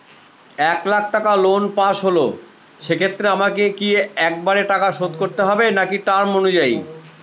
এক লাখ টাকা loan pass হল সেক্ষেত্রে আমাকে কি একবারে টাকা শোধ করতে হবে নাকি টার্ম অনুযায়ী?